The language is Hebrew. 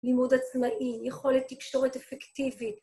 לימוד עצמאי, יכולת תקשורת אפקטיבית.